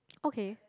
okay